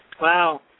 Wow